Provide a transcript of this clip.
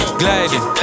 gliding